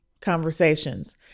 conversations